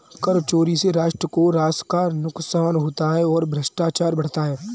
कर चोरी से राष्ट्र को राजस्व का नुकसान होता है और भ्रष्टाचार बढ़ता है